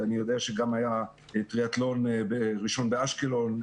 אני יודע שהיה טריאתלון ראשון באשקלון,